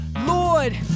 Lord